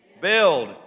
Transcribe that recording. build